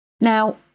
Now